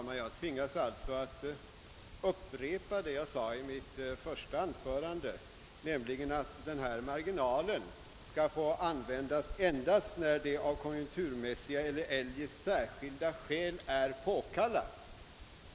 Herr talman! Jag tvingas upprepa vad jag yttrade i mitt första anförande, nämligen att den aktuella marginalen skall få användas endast när detta av konjunkturmässiga eller eljest särskilda skäl är påkallat.